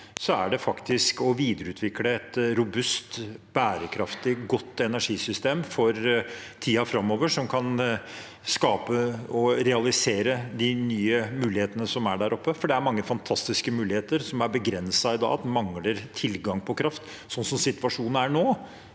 er det fakt isk å videreutvikle et robust, bærekraftig og godt energisystem for tiden framover, som kan skape og realisere de nye mulighetene som er der oppe. For det er mange fantastiske muligheter som er begrenset i dag. Man mangler tilgang på kraft sånn situasjonen er nå,